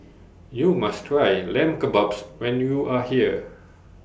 YOU must Try Lamb Kebabs when YOU Are here